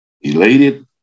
elated